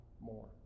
more